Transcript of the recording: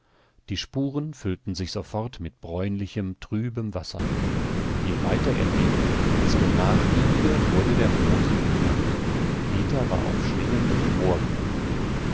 die spuren füllten sich sofort mit bräunlichem trübem wasser je weiter er ging desto nachgiebiger wurde der moosige grund peter war auf schwingendem